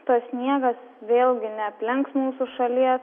tas sniegas vėlgi neaplenks mūsų šalies